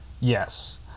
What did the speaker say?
Yes